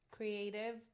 Creative